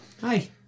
Hi